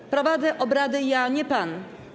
Ja prowadzę obrady, a nie pan.